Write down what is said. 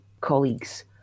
colleagues